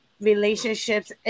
relationships